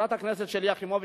חברת הכנסת שלי יחימוביץ,